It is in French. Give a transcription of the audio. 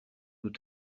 nous